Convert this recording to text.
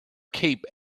cape